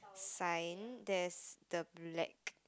fine there's the black